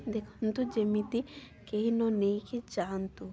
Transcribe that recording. ଦେଖନ୍ତୁ ଯେମିତି କେହି ନ ନେଇକି ଯାଆନ୍ତୁ